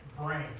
brain